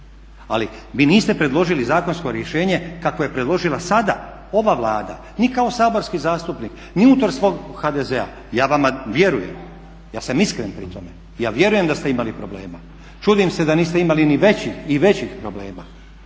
ali vi niste predložili zakonsko rješenje kakvo je predložila sada ova Vlada ni kao saborski zastupnik, ni unutar svog HDZ-a. Ja vama vjerujem, ja sam iskren pri tome. Ja vjerujem da ste imali problema. Čudim se da niste imali i većih problema